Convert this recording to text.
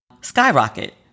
skyrocket